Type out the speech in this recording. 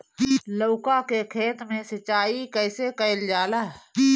लउका के खेत मे सिचाई कईसे कइल जाला?